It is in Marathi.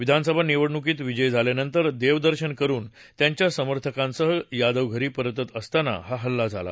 विधानसभा निवडणुकीत विजयी झाल्यानंतर देवदर्शन करुन त्यांच्या समर्थकांसह यादव घरी परतत असताना हा हल्ला झाला